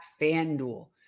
FanDuel